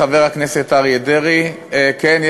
חבר הכנסת אריה דרעי: כן,